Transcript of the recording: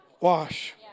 wash